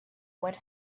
what